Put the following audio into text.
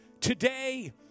today